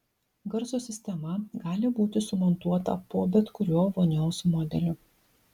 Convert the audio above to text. garso sistema gali būti sumontuota po bet kuriuo vonios modeliu